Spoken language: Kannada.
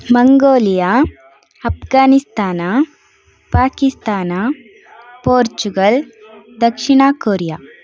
ಮಂಗೋಲಿಯಾ ಹಪ್ಘಾನಿಸ್ತಾನ ಪಾಕಿಸ್ತಾನ ಪೋರ್ಚುಗಲ್ ದಕ್ಷಿಣ ಕೊರಿಯಾ